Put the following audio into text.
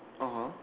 (uh huh)